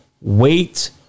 Wait